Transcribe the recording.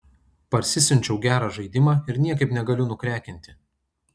parsisiunčiau gerą žaidimą ir niekaip negaliu nukrekinti